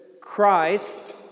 Christ